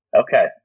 okay